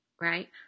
right